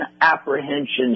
apprehensions